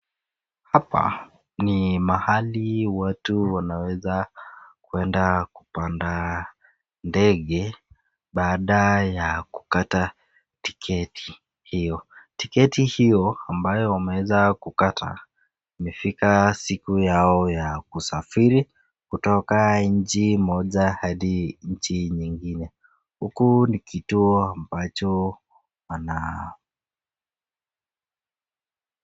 Hapa ni mahali watu wanaweza kuenda kupanda ndege baada ya kukata tiketi hiyo. Tiketi hiyo mbayo wameweza kukata, ikifika siku yao ya kusafiri kutoka nchi moja hadi nchi nyingi. Huku ni kituo ambacho wana...